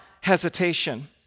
hesitation